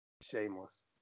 Shameless